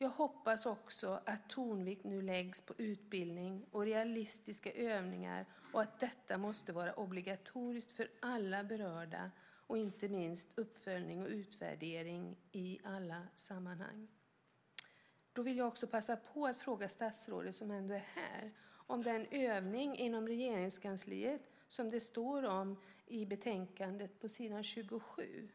Jag hoppas också att tonvikt nu läggs på utbildning och realistiska övningar och att detta måste vara obligatoriskt för alla berörda. Inte minst gäller det också uppföljning och utvärdering i alla sammanhang. Jag vill passa på att fråga statsrådet, som ändå är här, om den övning inom Regeringskansliet som det står om i betänkandet på s. 27